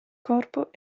corpo